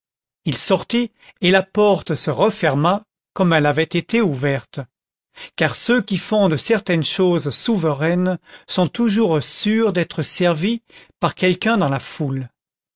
il sortit et la porte se referma comme elle avait été ouverte car ceux qui font de certaines choses souveraines sont toujours sûrs d'être servis par quelqu'un dans la foule